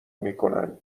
میکنند